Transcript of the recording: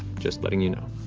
just letting you know.